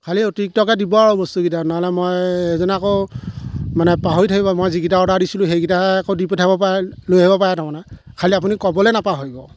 খালী অতিৰিক্তকৈ দিব আৰু বস্তুকেইটা নহ'লে মই এইজনে আকৌ মানে পাহৰি থাকিব মই যিকেইটা অৰ্ডাৰ দিছিলো সেইকেইটা আকৌ দি পঠিয়াব পাৰে লৈ আহিব পাৰে মানে খালী আপুনি ক'বলৈ নাপাহৰিব